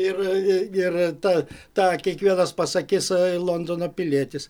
ir ir ta tą kiekvienas pasakys londono pilietis